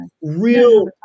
real